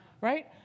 right